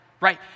right